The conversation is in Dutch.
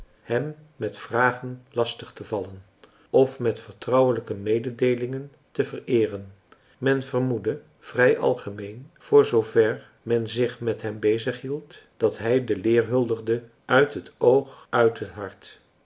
hem met vragen lastigtevallen of met vertrouwelijke mededeelingen te vereeren men vermoedde vrij algemeen voor zoover men zich met hem bezighield dat hij de leer huldigde uit het oog uit het hart